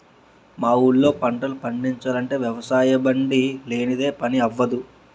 మా ఊళ్ళో పంటలు పండిచాలంటే వ్యవసాయబండి లేనిదే పని అవ్వదు